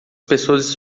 pessoas